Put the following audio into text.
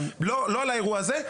לא לאירוע הזה,